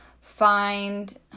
Find